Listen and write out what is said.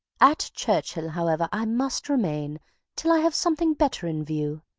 at churchhill, however, i must remain till i have something better in view.